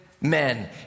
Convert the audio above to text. men